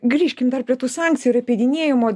grįžkim dar prie tų sankcijų ir apeidinėjimo